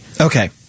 Okay